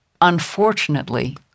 unfortunately